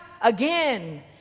again